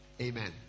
amen